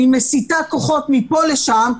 אני מסיטה כוחות מפה לשם,